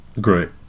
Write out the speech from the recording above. Great